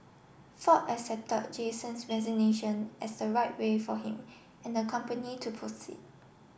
ford accepted Jason's resignation as the right way for him and the company to proceed